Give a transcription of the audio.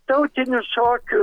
tautinių šokių